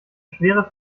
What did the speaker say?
schwere